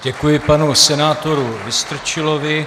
Děkuji panu senátoru Vystrčilovi.